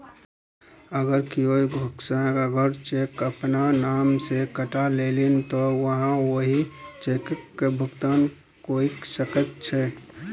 अगर कियो धोखासँ अहाँक चेक अपन नाम सँ कटा लेलनि तँ अहाँ ओहि चेकक भुगतान रोकि सकैत छी